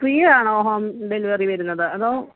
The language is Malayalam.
ഫ്രീ ആണോ ഹോം ഡെലിവറി വരുന്നത് അതോ